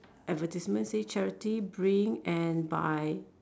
advertisement say charity bring and buy